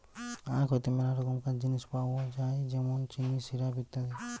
আখ হইতে মেলা রকমকার জিনিস পাওয় যায় যেমন চিনি, সিরাপ, ইত্যাদি